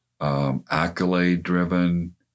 accolade-driven